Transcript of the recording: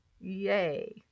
Yay